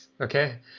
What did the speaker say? okay